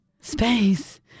Space